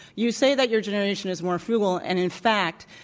you say that your generation is more frugal, and in fact,